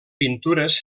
pintures